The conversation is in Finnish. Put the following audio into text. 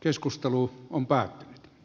keskustelu on pääää